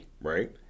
Right